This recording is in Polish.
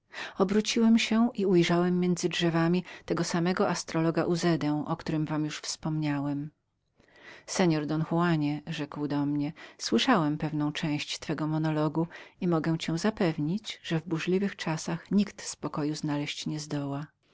obróciłem się i ujrzałem między drzewami tego samego astrologa uzedę o którym wam już wspomniałem seor don juanie rekłrzekł do mnie słyszałem pewną część twego monologu i mogę cię zapewnić że w burzliwych czasach nikt spokoju znaleźć nie zdoła